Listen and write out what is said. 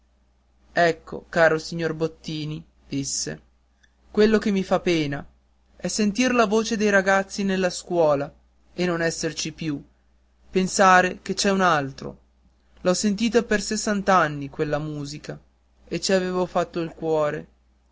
ecco caro signor bottini disse quello che mi fa pena è sentir la voce dei ragazzi nella scuola e non esserci più pensare che c'è un altro l'ho sentita per sessant'anni questa musica e ci avevo fatto il cuore